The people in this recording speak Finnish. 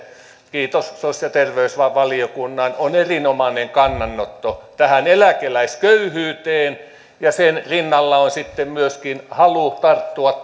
kiitos sosiaali ja terveysvaliokunnan on erinomainen kannanotto tähän eläkeläisköyhyyteen ja sen rinnalla on sitten myöskin halu tarttua